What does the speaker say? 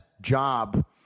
job